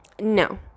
No